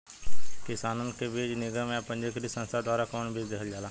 किसानन के बीज निगम या पंजीकृत संस्था द्वारा कवन बीज देहल जाला?